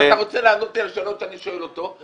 אתה רוצה לענות לי על שאלות שאני שואל אותו?